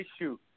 issue